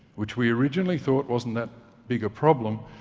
which we originally thought wasn't that big a problem,